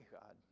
god